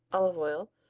olive oil,